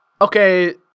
okay